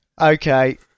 okay